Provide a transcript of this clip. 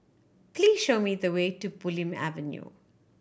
please show me the way to Bulim Avenue